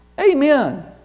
Amen